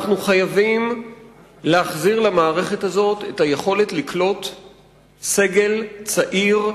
אנחנו חייבים להחזיר למערכת הזאת את היכולת לקלוט סגל צעיר,